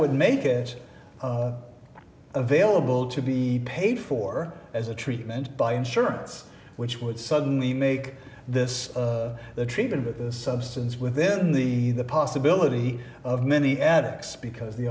would make it available to be paid for as a treatment by insurance which would suddenly make this the treatment of substance within the the possibility of many addicts because the